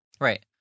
Right